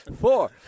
Four